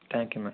thank you madam